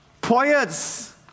poets